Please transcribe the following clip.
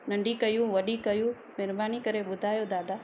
नंढी कयूं वॾी कयूं महिरबानी करे ॿुधायो दादा